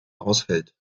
ausfällt